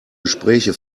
gespräche